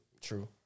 True